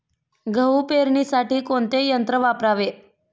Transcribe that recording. गहू पेरणीसाठी कोणते यंत्र वापरावे?